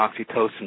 oxytocin